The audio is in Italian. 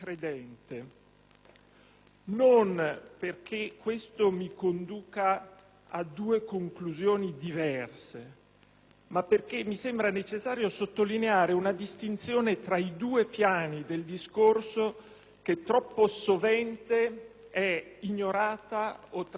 Non perché questo mi conduca a due conclusioni diverse, ma perché mi sembra necessario sottolineare una distinzione tra i due piani del discorso, che troppo sovente è ignorata o trascurata.